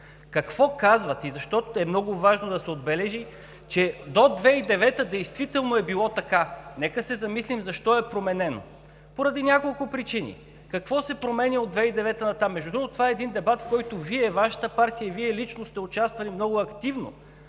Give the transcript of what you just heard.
Какво казват и защо е много важно да се отбележи, че до 2009 г. действително е било така. Нека се замислим защо е променено? Променено е поради няколко причини. Какво се променя от 2009 г. нататък? Между другото, това е един дебат, в който Вашата партия и Вие лично сте участвали много активно,